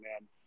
man